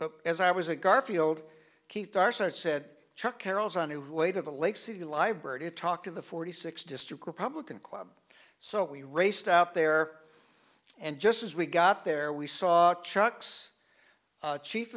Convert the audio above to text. but as i was a garfield keith our site said chuck carroll is on her way to the lake city library to talk to the forty sixth district republican club so we raced out there and just as we got there we saw trucks chief